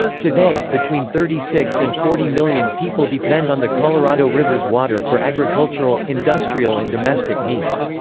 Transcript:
today, between thirty six and forty million people depend on the colorado river's water for agricultural, industrial and domestic needs.